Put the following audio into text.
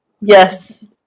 yes